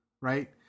right